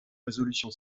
résolution